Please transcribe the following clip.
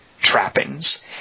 trappings